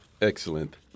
Excellent